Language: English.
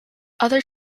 other